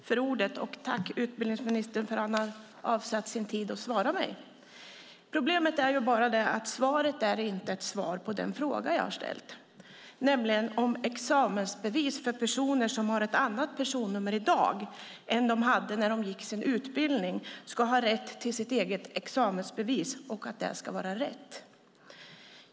Fru talman! Jag tackar utbildningsministern för att han har avsatt sin tid till att svara mig. Problemet är bara att svaret inte är ett svar på den fråga jag har ställt, nämligen om personer som har ett annat personnummer i dag än de hade när de gick sin utbildning ska ha rätt till sitt eget examensbevis och att det ska vara rätt.